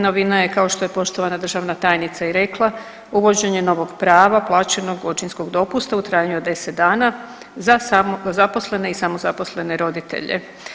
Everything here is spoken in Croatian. Novina je, kao što je poštovana državna tajnica i rekla, uvođenje novog prava, plaćenog očinskog dopusta u trajanju od 10 dana za zaposlene i samozaposlene roditelje.